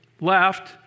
left